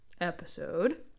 episode